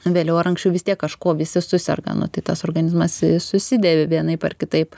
vėliau ar anksčiau vis tiek kažkuo visi suserga nu tai tas organizmas susidėvi vienaip ar kitaip